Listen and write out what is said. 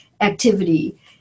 activity